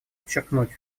подчеркнуть